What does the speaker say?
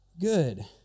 good